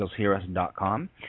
angelshearus.com